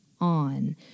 on